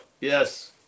yes